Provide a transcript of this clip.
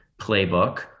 playbook